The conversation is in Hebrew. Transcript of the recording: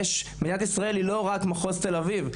מדינת ישראל היא לא רק מחוז תל אביב.